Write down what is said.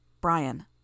Brian